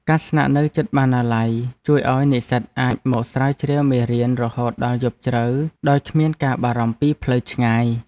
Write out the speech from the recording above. ការស្នាក់នៅជិតបណ្ណាល័យជួយឱ្យនិស្សិតអាចមកស្រាវជ្រាវមេរៀនរហូតដល់យប់ជ្រៅដោយគ្មានការបារម្ភពីផ្លូវឆ្ងាយ។